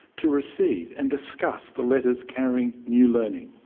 to receive and discuss the letters carrying new learning.